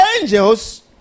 angels